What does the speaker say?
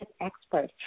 expert